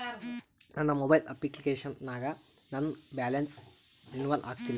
ನನ್ನ mobile application ನಾಗ ನನ್ ಬ್ಯಾಲೆನ್ಸ್ ರೀನೇವಲ್ ಆಗಿಲ್ಲ